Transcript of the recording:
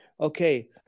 Okay